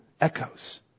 echoes